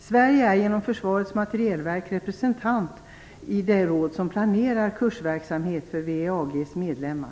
Sverige är genom Försvarets materielverk, FMV, representerat i det råd som planerar kursverksamhet för WEAG:s medlemmar.